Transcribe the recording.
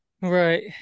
Right